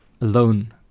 alone